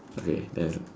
okay then